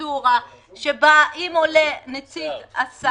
פרוצדורה שבה אם עולה נציג השר,